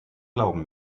glauben